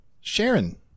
Sharon